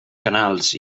canals